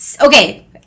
okay